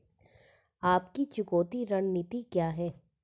आपकी चुकौती रणनीति क्या है?